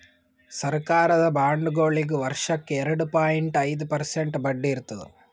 ಸರಕಾರದ ಬಾಂಡ್ಗೊಳಿಗ್ ವರ್ಷಕ್ಕ್ ಎರಡ ಪಾಯಿಂಟ್ ಐದ್ ಪರ್ಸೆಂಟ್ ಬಡ್ಡಿ ಇರ್ತದ್